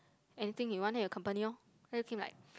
anything you want then you accompany orh then became like